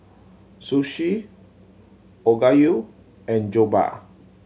Sushi Okayu and Jokbal